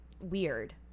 weird